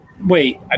Wait